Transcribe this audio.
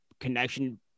connection